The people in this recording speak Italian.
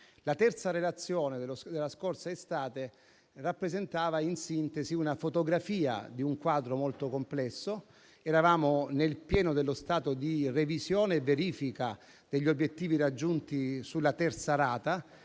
La terza relazione della scorsa estate rappresentava, in sintesi, una fotografia di un quadro molto complesso. Eravamo nel pieno dello stato di revisione e verifica degli obiettivi raggiunti sulla terza rata,